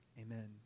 Amen